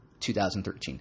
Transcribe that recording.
2013